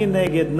מי נגד?